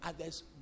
others